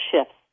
shifts